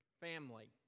family